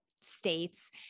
states